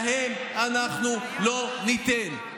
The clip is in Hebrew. להם אנחנו לא ניתן.